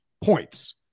points